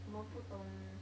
我们不懂